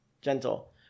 gentle